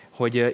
hogy